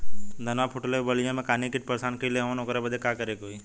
धनवा फूटले पर बलिया में गान्ही कीट परेशान कइले हवन ओकरे बदे का करे होई?